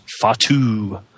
Fatu